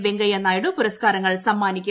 വെങ്കയ്യനായിഡു പുരസ്ക്കാരങ്ങൾ സമ്മാനിക്കും